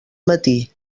matí